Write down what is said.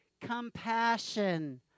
compassion